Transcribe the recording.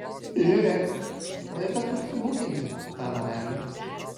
žiūrėk laikas užsibukinti tą namelį